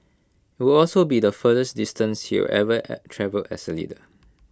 IT would also be the furthest distance he will have ever travelled as leader